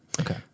Okay